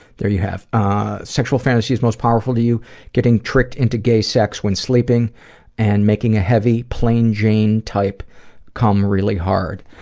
there you have. ah sexual fantasies most powerful to you getting tricked into gay sex when sleeping and making a heavy, plain-jane type cum really hard.